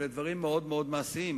אלא דברים מאוד מאוד מעשיים.